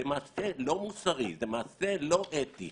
זה מעשה לא מוסרי, זה מעשה לא אתי.